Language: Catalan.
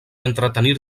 entretenir